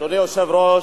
אדוני היושב-ראש,